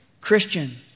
Christian